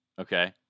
Okay